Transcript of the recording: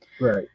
Right